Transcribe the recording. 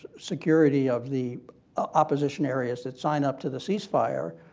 security of the opposition areas that sign up to the ceasefire,